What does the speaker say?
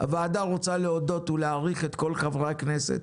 הוועדה רוצה להודות ולהעריך את כל חברי הכנסת